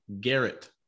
Garrett